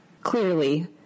Clearly